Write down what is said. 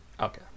Okay